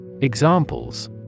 Examples